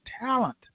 talent